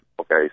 okay